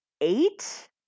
eight